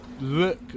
look